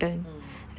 mm